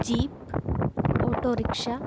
jeep auto rickshaw